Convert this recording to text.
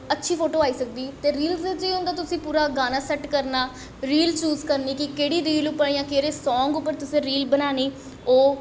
अच्छी फोटो आई सकदी और रील्स च केह् होंदा तुसें पूरा गाना सैट्ट करनां चूज करनी कि केह्ड़ी रील उप्पर जां केह्ड़े सांग उप्पर तुसें रील बनानी ओह्